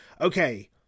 Okay